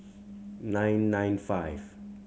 nine nine five